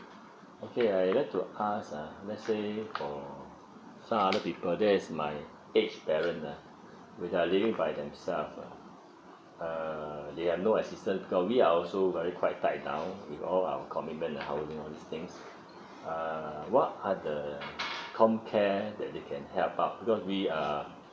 okay I like to ask ah let's say for some other people there is my aged parent ah with their living by themselves err they are no assistant uh because we are also very quite tight now with all our commitment and household these things err what are the com care that they can help out because we are